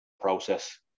process